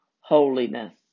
holiness